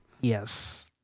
Yes